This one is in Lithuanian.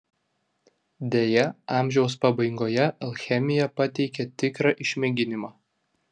deja amžiaus pabaigoje alchemija pateikė tikrą išmėginimą